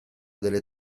delle